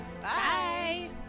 Bye